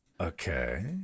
Okay